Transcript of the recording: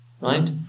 right